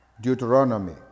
Deuteronomy